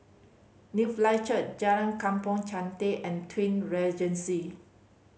Newlife Church Jalan Kampong Chantek and Twin Regency